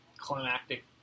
climactic